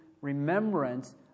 remembrance